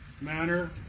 manner